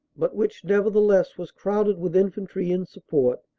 but which nevertheless was crowded with infantry in support,